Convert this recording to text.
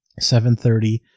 7.30